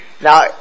Now